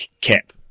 cap